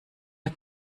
der